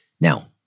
Now